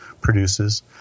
produces